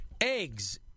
Eggs